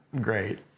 great